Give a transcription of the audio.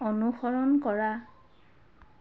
অনুসৰণ কৰা